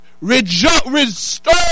Restore